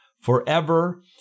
forever